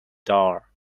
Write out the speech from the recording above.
door